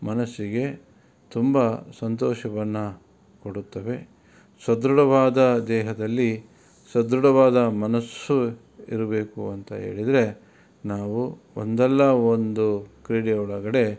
ಮನಸ್ಸಿಗೆ ತುಂಬ ಸಂತೋಷವನ್ನು ಕೊಡುತ್ತವೆ ಸದೃಢವಾದ ದೇಹದಲ್ಲಿ ಸದೃಢವಾದ ಮನಸ್ಸು ಇರಬೇಕು ಅಂತ ಹೇಳಿದ್ರೆ ನಾವು ಒಂದಲ್ಲ ಒಂದು ಕ್ರೀಡೆಯೊಳಗಡೆ